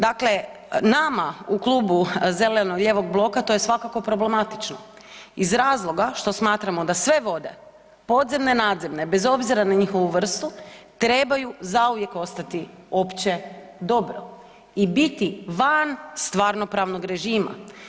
Dakle, nama u klubu zeleno-lijevog bloka to je svakako problematično iz razloga što smatramo da sve vode podzemne, nadzemne bez obzira na njihovu vrstu trebaju zauvijek ostati opće dobro i biti van stvarnopravnog režima.